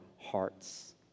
hearts